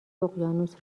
اقیانوس